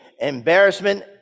embarrassment